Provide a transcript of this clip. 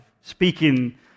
speaking